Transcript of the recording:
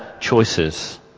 choices